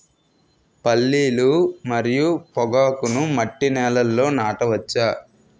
పల్లీలు మరియు పొగాకును మట్టి నేలల్లో నాట వచ్చా?